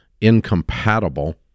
incompatible